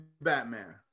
Batman